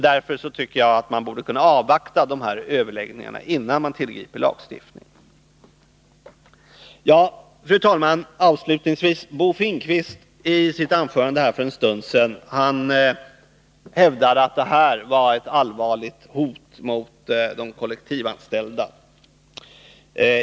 Därför tycker jag att man borde kunna avvakta överläggningarna innan man tillgriper lagstiftning. Bo Finnkvist hävdade i sitt anförande för en stund sedan att detta förslag var ett allvarligt hot mot de kollektivanställda.